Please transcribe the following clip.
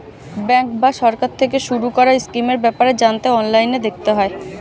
bank বা সরকার থেকে শুরু করা স্কিমের ব্যাপারে জানতে অনলাইনে দেখতে হয়